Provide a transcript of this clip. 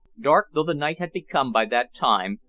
dark though the night had become by that time,